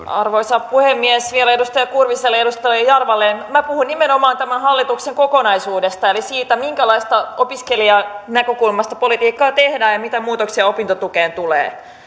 arvoisa puhemies vielä edustaja kurviselle ja edustaja jarvalle minä puhuin nimenomaan tämän hallituksen kokonaisuudesta eli siitä minkälaisesta opiskelijanäkökulmasta politiikkaa tehdään ja mitä muutoksia opintotukeen tulee